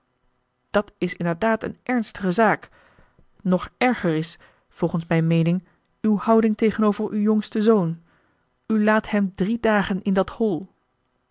dat is inderdaad een ernstige zaak nog erger is volgens mijn meening uw houding tegenover uw jongsten zoon u laat hem drie dagen in dat hol